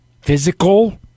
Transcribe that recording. physical